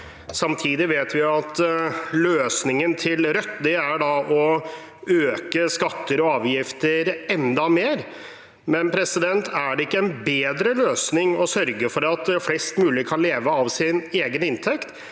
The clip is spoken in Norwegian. Samtidig vet vi at løsningen til Rødt er å øke skatter og avgifter enda mer. Men er det ikke en bedre løsning å sørge for at flest mulig kan leve av sin egen inntekt